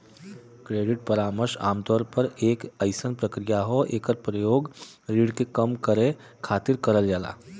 credit परामर्श आमतौर पर एक अइसन प्रक्रिया हौ एकर प्रयोग ऋण के कम करे खातिर करल जाला